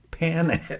panic